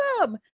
awesome